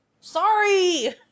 Sorry